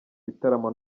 bitaramo